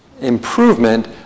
improvement